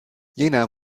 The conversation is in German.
jener